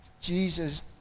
Jesus